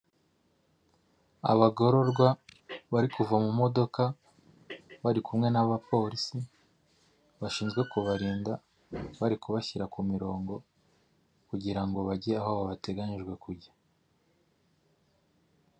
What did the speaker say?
Urubuga rwitwa eni ero eyi cyangwa nashono landi otoriti, rwifashishwa muri repubulika y'u Rwanda, aho itanga ku buryo bwihuse amakuru y'ingenzi ku butaka.